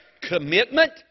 Commitment